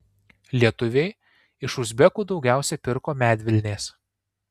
lietuviai iš uzbekų daugiausiai pirko medvilnės